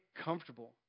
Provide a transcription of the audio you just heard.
comfortable